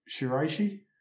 Shiraishi